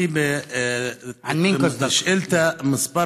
את שאילתה מס'